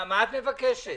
מה את מבקשת?